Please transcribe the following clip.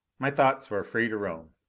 my thoughts were free to roam.